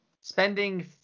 spending